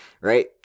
Right